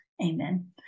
amen